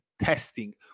testing